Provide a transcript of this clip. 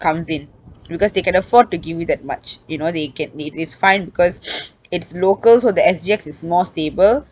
comes in because they can afford to give you that much you know they can it~ it's fine because it's locals so the S_G_X is more stable